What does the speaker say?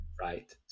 Right